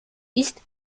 ist